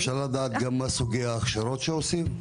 אפשר לדעת גם מה סוגי ההכשרות שעושים?